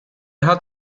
hat